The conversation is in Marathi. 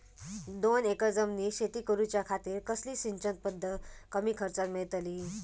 दोन एकर जमिनीत शेती करूच्या खातीर कसली सिंचन पध्दत कमी खर्चात मेलतली?